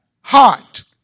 heart